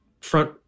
front